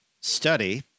study